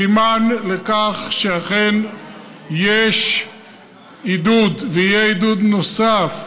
זה סימן לכך שאכן יש עידוד ויהיה עידוד נוסף,